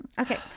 Okay